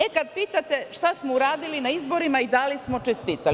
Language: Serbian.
E, kada pitate šta smo uradili na izborima i da li smo čestitali?